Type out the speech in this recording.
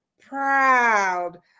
proud